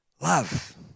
love